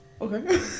okay